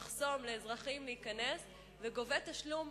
מחסום כניסה לפני אזרחים וגובה תשלום,